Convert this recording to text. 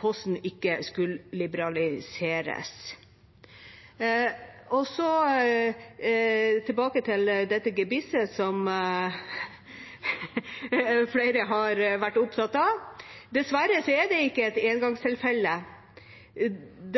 Posten ikke skulle liberaliseres. Tilbake til dette gebisset som flere har vært opptatt av. Dessverre er det ikke et engangstilfelle.